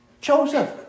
Joseph